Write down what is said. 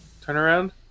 turnaround